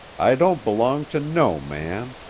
i don't belong to no man.